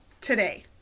today